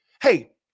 Hey